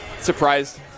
Surprised